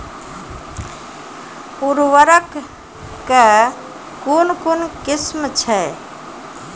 उर्वरक कऽ कून कून किस्म छै?